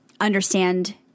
understand